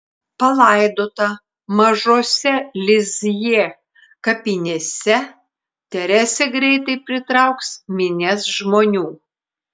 palaidota mažose lizjė kapinėse teresė greitai pritrauks minias žmonių